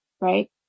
right